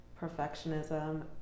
perfectionism